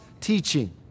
teaching